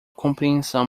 compreensão